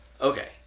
Okay